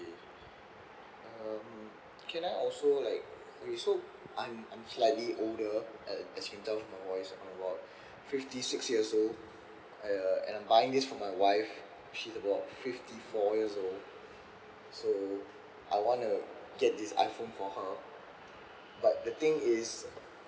okay um can I also like okay so I'm I'm slightly older a~ as you can tell from my voice I'm about fifty six years old uh and I'm buying this for my wife she's about fifty four years old so I wanna get this iphone for her but the thing is